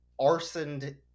arsoned